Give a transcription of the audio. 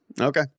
Okay